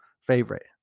favorite